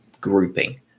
grouping